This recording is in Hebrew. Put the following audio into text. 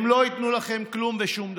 הם לא ייתנו לכם כלום ושום דבר.